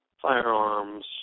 firearms